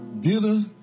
bitter